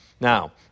Now